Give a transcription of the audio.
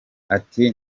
ati